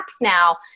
now